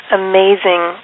amazing